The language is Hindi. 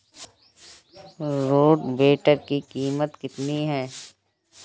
रोटावेटर की कीमत कितनी है?